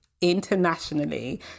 internationally